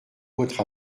votre